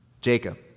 Jacob